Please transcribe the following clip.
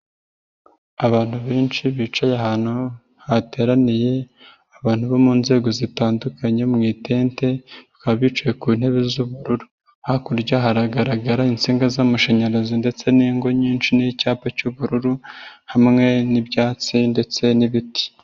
Abantu benshi bicaye ahantu hateraniye abantu bo mu nzego zitandukanye mu itente bakaba bicaye ku ntebe z'ubururu, hakurya haragaragara insinga z'amashanyarazi ndetse n'ingo nyinshi n'icyapa cy'ubururu, hamwe n'ibyatsi ndetse n'ibiti.